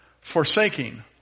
Forsaking